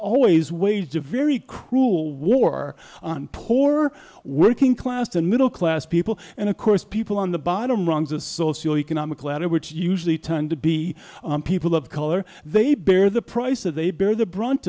always waged a very cruel war on poor working class and middle class people and of course people on the bottom rungs of socio economic ladder which usually turn to be people of color they bear the price of they bear the brunt